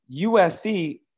USC